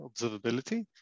observability